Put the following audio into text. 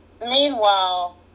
Meanwhile